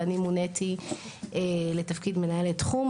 ואני מוניתי לתפקיד מנהלת תחום.